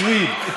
סויד.